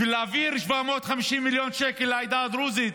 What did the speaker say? בשביל להעביר 750 מיליון שקל לעדה הדרוזית